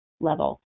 level